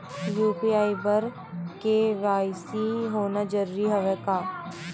UPI बर KYC होना जरूरी हवय का?